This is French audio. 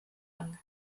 long